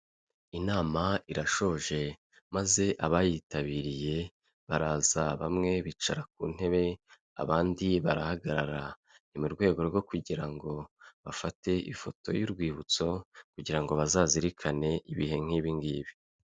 Inama irashoje maze abayitabiriye baraza bamwe bicara ku ntebe abandi barahagarara mu rwego rwo kugira ngo bafate ifoto y'urwibutso kugira ngo bazazirikane ibihe nk'ibingibi.